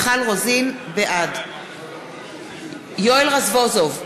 בעד יואל רזבוזוב,